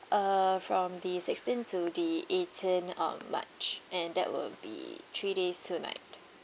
uh from the sixteen to the eighteen of march and that will be three days two night